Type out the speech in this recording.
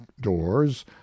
doors